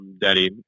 daddy